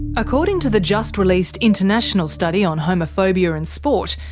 according to the just-released international study on homophobia in sport,